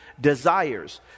desires